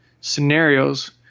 scenarios